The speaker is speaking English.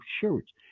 shirts